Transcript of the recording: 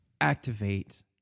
activate